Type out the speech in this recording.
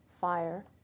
fire